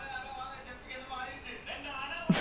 the ஊக்கு ஊக்கு:ooku ooku year five indians will come out